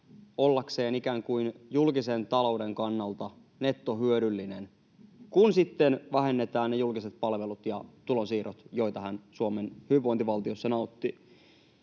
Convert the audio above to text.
ollakseen ikään kuin julkisen talouden kannalta nettohyödyllinen, kun vähennetään ne julkiset palvelut ja tulonsiirrot, joita hän Suomen hyvinvointivaltiossa nauttii.